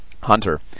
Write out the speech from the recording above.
Hunter